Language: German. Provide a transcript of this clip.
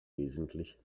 wesentlich